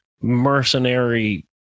mercenary